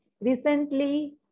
Recently